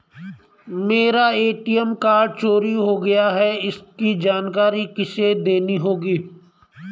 मेरा ATM card चोरी हो गया है इसकी जानकारी किसे देनी होगी?